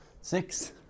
six